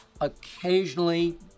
occasionally